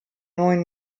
neuen